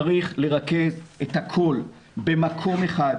צריך לרכז את הכול במקום אחד,